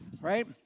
right